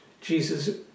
Jesus